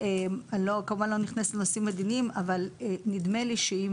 אני לא נכנסת לנושאים מדיניים אבל נדמה לי שאם